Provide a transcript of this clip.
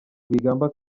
rwigamba